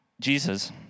Jesus